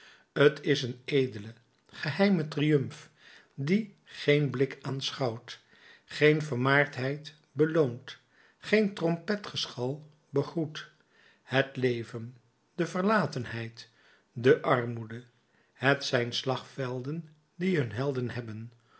t is een edele geheime triomf dien geen blik aanschouwt geen vermaardheid beloont geen trompetgeschal begroet het leven de verlatenheid de armoede het zijn slagvelden die hun helden hebben